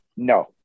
No